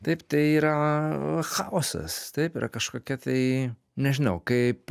taip tai yra chaosas taip yra kažkokia tai nežinau kaip